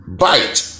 bite